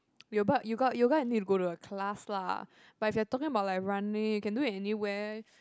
you but yoga yoga you need to go to a class lah but if you're talking about like running you can do it anywhere